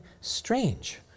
strange